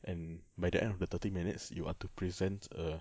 and by the end of the thirty minutes you are to present a